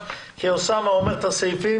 עכשיו כי אוסאמה אומר את הסעיפים,